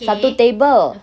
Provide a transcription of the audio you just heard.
satu table